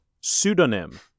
pseudonym